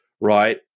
right